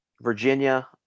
Virginia